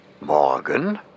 Morgen